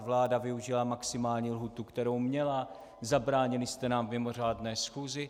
Vláda využila maximální lhůtu, kterou měla, zabránili jste nám v mimořádné schůzi.